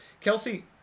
Kelsey